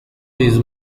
his